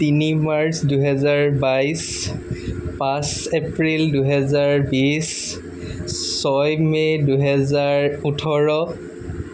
তিনি মাৰ্চ দুহেজাৰ বাইছ পাঁচ এপ্ৰিল দুহেজাৰ বিছ ছয় মে' দুহেজাৰ ওঠৰ